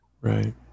Right